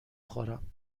خورم